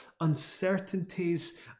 uncertainties